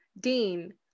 Dean